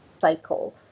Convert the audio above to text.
cycle